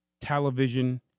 television